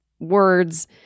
words